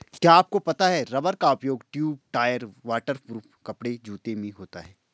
क्या आपको पता है रबर का उपयोग ट्यूब, टायर, वाटर प्रूफ कपड़े, जूते में होता है?